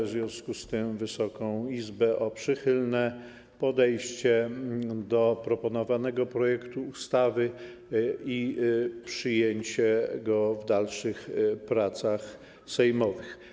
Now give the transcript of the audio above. W związku z tym proszę Wysoką Izbę o przychylne podejście do proponowanego projektu ustawy i przyjęcie go podczas dalszych prac sejmowych.